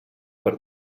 per